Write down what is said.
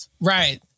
Right